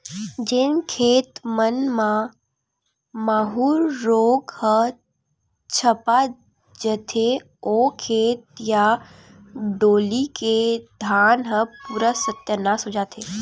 जेन खेत मन म माहूँ रोग ह झपा जथे, ओ खेत या डोली के धान ह पूरा सत्यानास हो जथे